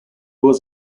was